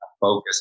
focus